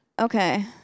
okay